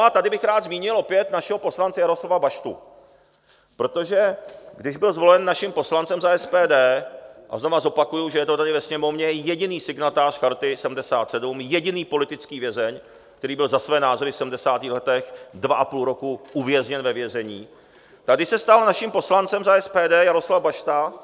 A tady bych rád zmínil opět našeho poslance Jaroslava Baštu, protože když byl zvolen naším poslancem za SPD, a znovu zopakuji, že je to tady ve sněmovně jediný signatář Charty 77, jediný politický vězeň, který byl za své názory v sedmdesátých letech dva a půl roku uvězněn ve vězení, tady se stal naším poslancem za SPD Jaroslav Bašta.